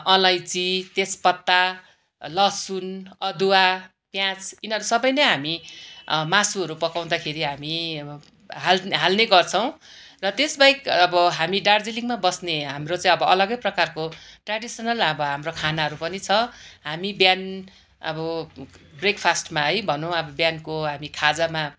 अलैँची तेजपत्ता लसुन अदुवा प्याज यिनीहरू सबै नै हामी मासुहरू पकाउँदाखेरि हामी हाल हाल्ने गर्छौँ र त्यसबाहेक अब हामी दार्जिलिङमा बस्ने हाम्रो चाहिँ अब अलगै प्रकारको ट्रेडिसनल अब हाम्रो खानाहरू पनि छ हामी बिहान अब ब्रेकफास्टमा है भनौँ अब बिहानको हामी खाजामा